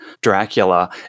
Dracula